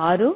6